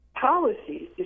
policies